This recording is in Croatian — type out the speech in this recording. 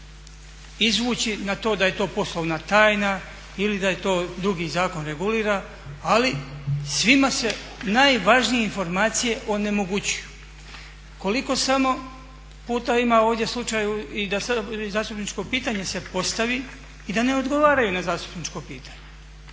izvući na to da je to poslovna tajna ili da to drugi zakon regulira, ali svima se najvažnije informacije onemogućuju. Koliko samo puta ima ovdje slučaja da i zastupničko pitanje se postavi i da ne odgovaraju na zastupničko pitanje?